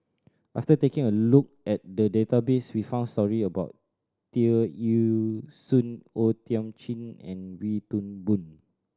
after taking a look at the database we found story about Tear Ee Soon O Thiam Chin and Wee Toon Boon